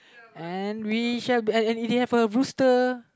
and we shall be and and we have a rooster